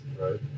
right